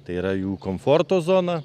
tai yra jų komforto zona